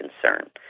concern